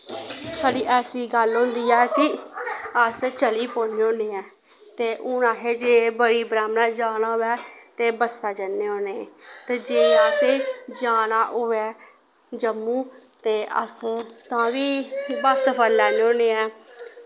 साढ़ी ऐसी गल्ल होंदी ऐ कि अस ते चली पौने होन्ने आं ते हून असें जे बड़ी ब्रहाम्णा जाना होऐ ते बस्सा जन्ने होन्ने ते जे असें गी जाना होऐ जम्मू ते अस तां बी बस्स फड़ी लैन्ने होन्ने आं